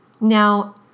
Now